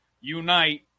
unite